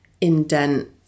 indent